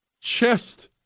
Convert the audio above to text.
chest